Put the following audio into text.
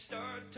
Start